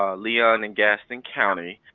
um leon and gaston county,